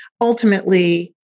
ultimately